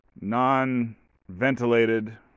non-ventilated